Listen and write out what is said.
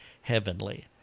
heavenly